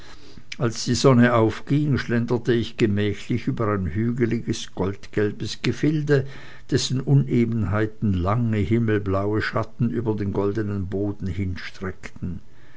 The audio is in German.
als die sonne aufging schlenderte ich gemächlich über ein hügeliges goldgelbes gefilde dessen unebenheiten lange himmelblaue schatten über den goldenen boden hinstreckten